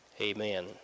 Amen